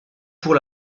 pour